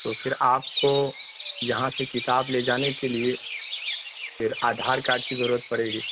تو پھر آپ کو یہاں سے کتاب لے جانے کے لیے پھر آدھار کارڈ کی ضرورت پڑے گی